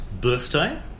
birthday